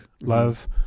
Love